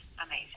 amazing